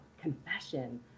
confession